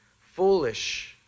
foolish